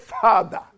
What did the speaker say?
father